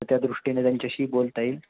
तर त्या दृष्टीने त्यांच्याशी बोलता येईल